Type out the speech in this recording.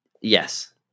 Yes